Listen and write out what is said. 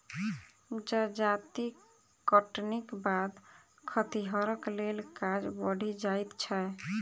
जजाति कटनीक बाद खतिहरक लेल काज बढ़ि जाइत छै